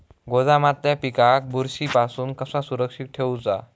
गोदामातल्या पिकाक बुरशी पासून कसा सुरक्षित ठेऊचा?